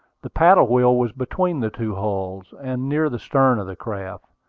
the paddle-wheel was between the two hulls, and near the stern of the craft.